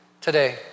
today